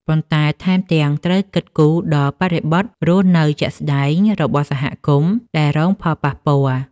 ប៉ុន្តែថែមទាំងត្រូវគិតគូរដល់បរិបទរស់នៅជាក់ស្តែងរបស់សហគមន៍ដែលរងផលប៉ះពាល់។